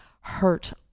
hurt